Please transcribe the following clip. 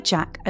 Jack